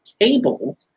Cable